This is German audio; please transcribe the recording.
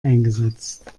eingesetzt